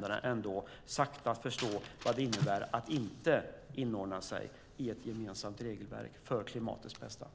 pö om pö ändå sakta kommer att förstå vad det innebär att inte inordna sig i ett gemensamt regelverk för klimatets bästa.